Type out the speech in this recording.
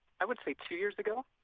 i would say, two years ago.